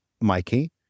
Mikey